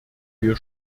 wir